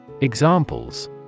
Examples